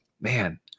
man